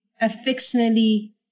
affectionately